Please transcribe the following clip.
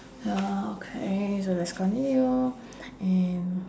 ya okay so let's continue and